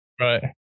right